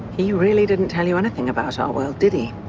he really didn't tell you anything about our world, did he?